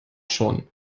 schon